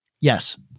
Yes